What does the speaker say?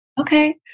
Okay